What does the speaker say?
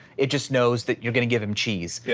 it just knows that you're gonna give him cheese.